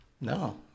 no